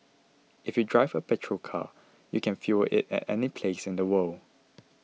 if you drive a petrol car you can fuel it any place in the world